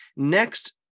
Next